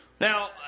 Now